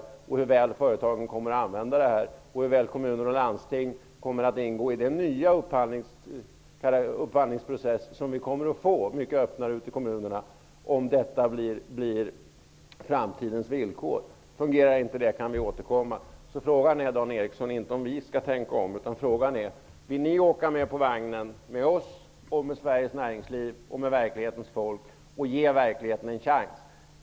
Låt oss se hur väl företagen och kommuner och landsting kommer att använda det i den nya upphandlingsprocess som vi kommer att få. Det blir mycket öppnare ute i kommunerna om detta blir framtidens villkor. Fungerar det inte kan vi återkomma. Frågan är alltså inte, Dan Eriksson, om vi skall tänka om, utan frågan är: Vill ni åka med på vagnen, med oss och med Sveriges näringsliv och verklighetens folk och ge verkligheten en chans?